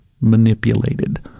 manipulated